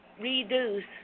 reduce